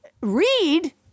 Read